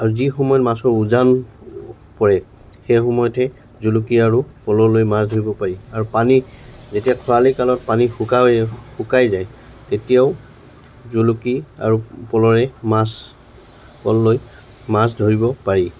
আৰু যি সময়ত মাছৰ উজান পৰে সেই সময়তে জুলুকি আৰু পল'লৈ মাছ ধৰিব পাৰি আৰু পানী যেতিয়া খৰালি কালত পানী শুকাই শুকাই যায় তেতিয়াও জুলুকি আৰু পল'ৰে মাছ পল'লৈ মাছ ধৰিব পাৰি